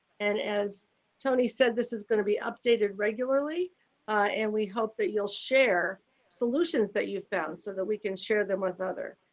and as tony said, this is going to be updated regularly and we hope that you'll share solutions that you've found so that we can share them with other